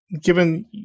Given